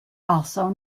also